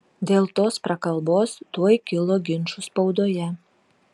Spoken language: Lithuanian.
dėl tos prakalbos tuoj kilo ginčų spaudoje